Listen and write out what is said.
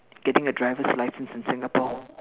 getting a driver's license in Singapore